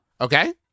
Okay